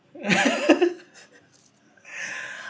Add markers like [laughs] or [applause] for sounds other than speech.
[laughs]